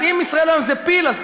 אז אם "ישראל היום" זה פיל,